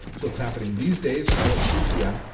so it's happening these days, all at three p m.